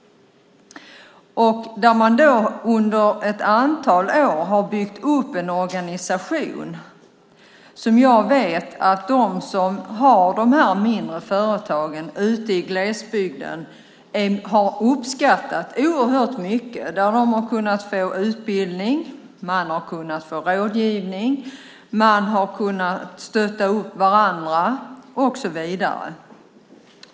Under ett antal år har man byggt upp en organisation. Jag vet att de som har de mindre företagen ute i glesbygden har uppskattat detta oerhört mycket. Där har de kunnat få utbildning och rådgivning, man har kunnat stötta varandra och så vidare.